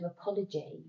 apology